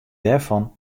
dêrfan